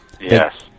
Yes